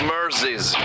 Mercies